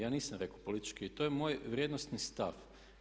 Ja nisam rekao politički, to je moj vrijednosni stav.